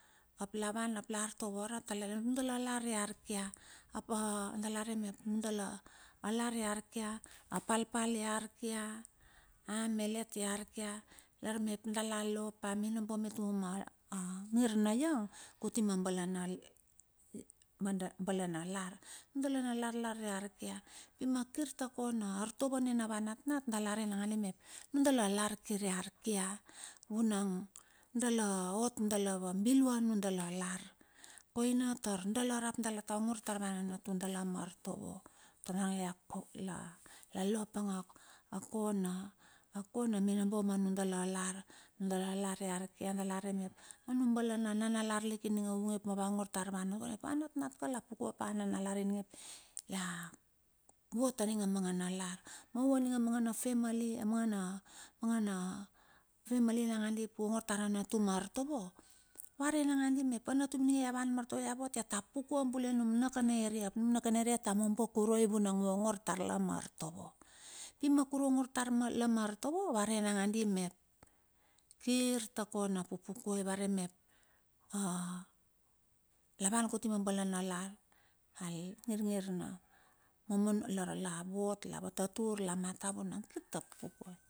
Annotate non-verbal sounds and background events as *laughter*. Ap lavan ap la artovo tar nundala lar ia arkia, ap dalare mep nundala lar ia arkia, a palpal ia arkia, a malet ia arkia, lar mep dala lopa a minobo mituma ma ngir na lang, kuti ma bala na lar. Nundala na larlar la arkia. pima kirta kona artovo nina va natnat, dalarei nakandi mep nundala lar kir ia arkia. Vunang dala ot dala vabilua nundala lar. Koina tar dala rap dala ta ongor tar ava nanatu dala tar ma artovo tar naronge la lo apange a kona, akona minobo manu dala lar. Nundala lar ia arkia dala rei mep anuk bala na nanalar lik ininge ulik vavangor tar ava natnat ava natnat la pukue pa a na nalar ap ia vot aninga mangana lar. Na u aninga mangana, mangana, *hesitation* mangna family nakandi ap u ongor tar a natum mar artovo, varei nakandi mep a natum ininge ia ta pukue bule num na kana area, ap num na kana area ia ta moniobo kuruai vunang u ongor tarla ma ortovo. Pi na kuru ongor tar la ma artovo, va rei nangandi mep, kir ta kona pupukue vare mep la van kuti ma bala na lar, al ngir ngir na. larla vot la vatatur lamata vunang kirta pupukue.